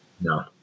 No